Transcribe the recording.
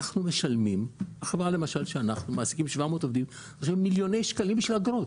אנחנו מעסיקים 700 עובדים ואנחנו משלמים מיליוני שקלים של אגרות.